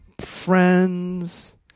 Friends